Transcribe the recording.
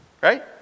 Right